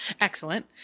excellent